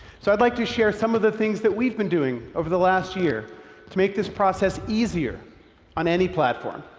so i'd like to share some of the things that we've been doing over the last year to make this process easier on any platform.